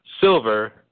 silver